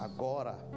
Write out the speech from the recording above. Agora